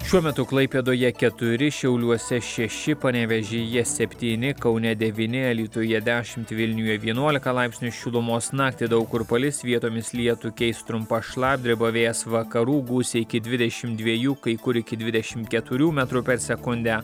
šiuo metu klaipėdoje keturi šiauliuose šeši panevėžyje septyni kaune devyni alytuje dešimt vilniuje vienuolika laipsnių šilumos naktį daug kur palis vietomis lietų keis trumpa šlapdriba vėjas vakarų gūsiai iki dvidešimt dviejų kai kur iki dvidešim keturių metrų per sekundę